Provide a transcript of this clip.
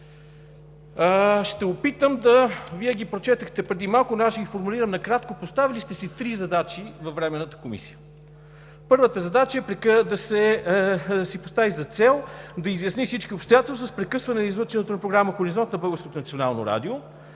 е така? Вие ги прочетохте преди малко, но аз ще ги формулирам накратко. Поставили сте си три задачи във Временната комисия. Първата е да си постави за цел да изясни всички обстоятелства за прекъсването на излъчването на програма „Хоризонт“ на